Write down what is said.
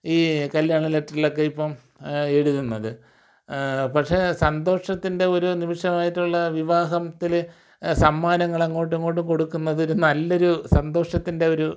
ഈ കല്യാണ ലെറ്ററിൽ ഒക്കെ ഇപ്പം എഴുതുന്നത് പക്ഷേ സന്തോഷത്തിൻ്റെ ഒരു നിമിഷമായിട്ടുള്ള വിവാഹത്തിൽ സമ്മാനങ്ങൾ അങ്ങോട്ടും ഇങ്ങോട്ടും കൊടുക്കുന്നത് ഒരു നല്ല ഒരു സന്തോഷത്തിൻ്റെ ഒരു